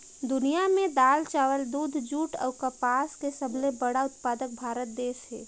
दुनिया में दाल, चावल, दूध, जूट अऊ कपास के सबले बड़ा उत्पादक भारत देश हे